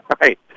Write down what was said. Right